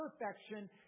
perfection